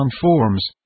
forms